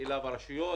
הרשויות.